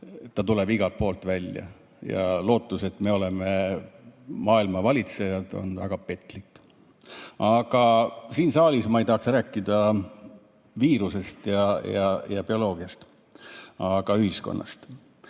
ta tuleb igalt poolt välja. Lootus, et meie oleme maailma valitsejad, on väga petlik. Aga siin saalis ei tahaks ma rääkida viirusest ja bioloogiast, vaid ühiskonnast.